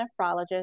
nephrologist